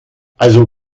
also